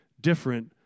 different